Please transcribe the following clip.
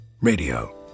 Radio